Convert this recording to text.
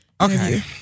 Okay